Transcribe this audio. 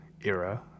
era